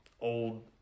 old